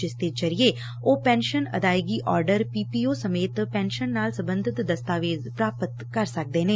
ਜਿਸ ਦੇ ਜ਼ਰੀਏ ਉਹ ਪੈਨਸ਼ਨ ਅਦਾਇਗੀ ਆਡਰ ਪੀ ਪੀ ਓ ਸਮੇਤ ਪੈਨਸ਼ਨ ਨਾਲ ਸਬੰਧਤ ਦਸਤਾਵੇਜ ਪ੍ਾਪਤ ਕਰ ਸਕਦੇ ਨੇ